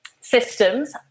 systems